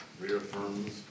Reaffirms